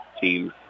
team